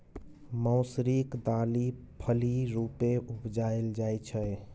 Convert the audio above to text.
मौसरीक दालि फली रुपेँ उपजाएल जाइ छै